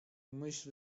myśl